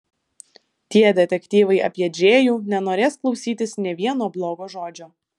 tie detektyvai apie džėjų nenorės klausytis nė vieno blogo žodžio